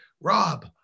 Rob